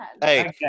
Hey